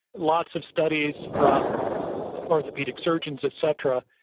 lots of studies from orthopedic surgeons, et cetera,